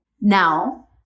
Now